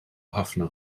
ħafna